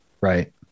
Right